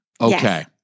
Okay